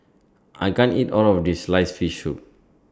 I can't eat All of This Sliced Fish Soup